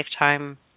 lifetime